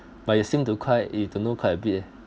but you seem to quite you do know quite a bit eh